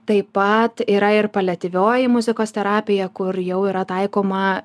taip pat yra ir paliatyvioji muzikos terapija kur jau yra taikoma